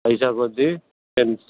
పైస కొద్దీ